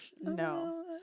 No